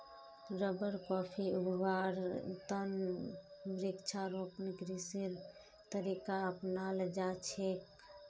rubber, coffee उगव्वार त न वृक्षारोपण कृषिर तरीका अपनाल जा छेक